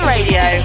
Radio